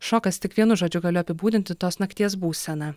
šokas tik vienu žodžiu galiu apibūdinti tos nakties būseną